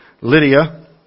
Lydia